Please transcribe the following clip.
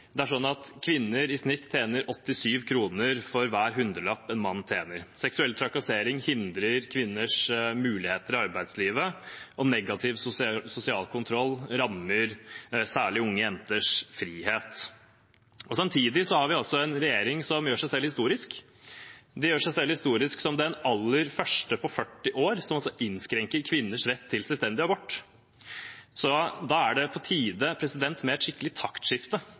det er sånn at kvinner i snitt tjener 87 kr for hver 100-lapp en mann tjener. Seksuell trakassering hindrer kvinners muligheter i arbeidslivet, og negativ sosial kontroll rammer særlig unge jenters frihet. Samtidig har vi en regjering som gjør seg selv historisk – den gjør seg selv historisk som den aller første på 40 år som innskrenker kvinners rett til selvbestemt abort. Da er det på tide med et skikkelig taktskifte